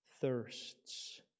thirsts